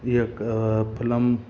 इहे फिल्म